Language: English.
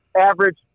average